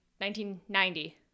1990